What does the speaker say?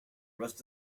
rest